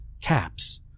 caps